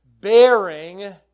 bearing